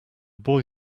boy